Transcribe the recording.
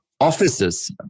offices